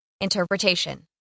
Interpretation